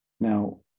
Now